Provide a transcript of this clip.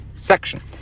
section